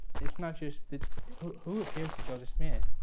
it's not just who who appears to joseph smith?